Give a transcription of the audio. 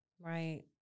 Right